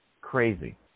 crazy